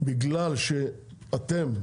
בגלל שאתם,